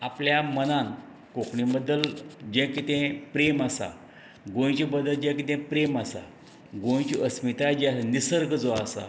आपल्या मनान कोंकणी बद्दल जें कितें प्रेम आसा गोयंचें बद्दल जें किदें प्रेम आसा गोंयची अस्मिताय जी आसा निसर्ग जो आसा